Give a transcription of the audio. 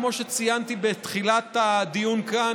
כמו שציינתי בתחילת הדיון כאן,